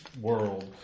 world